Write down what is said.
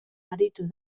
aritu